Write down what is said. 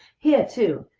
here, too,